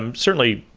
and certainly,